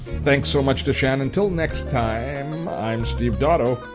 thanks so much to shannon, until next time, i'm steve dotto,